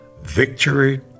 Victory